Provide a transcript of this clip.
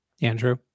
Andrew